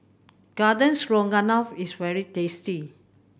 Garden Stroganoff is very tasty